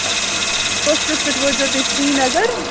ٲں فٔرسٹَس پٮ۪ٹھ وٲتۍ زیٛو تُہۍ سریٖنَگر